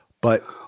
But-